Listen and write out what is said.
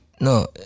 No